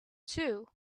too